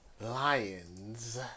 Lions